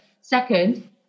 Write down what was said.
second